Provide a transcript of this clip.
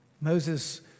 Moses